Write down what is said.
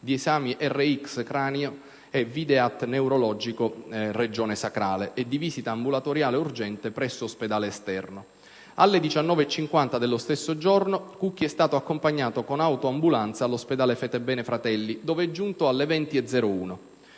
di esami RX cranio e *videat* neurologico regione sacrale e di visita ambulatoriale urgente presso ospedale esterno. Alle ore 19,50 dello stesso giorno, Cucchi è stato accompagnato con autoambulanza all'ospedale Fatebenefratelli, dove è giunto alle ore 20,01.